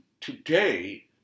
Today